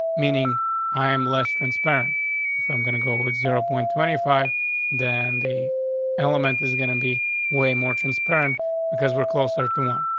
meaning i am less transparent if i'm gonna go with zero point two five than the element is gonna be way more transparent because we're closer to one.